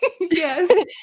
yes